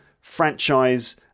franchise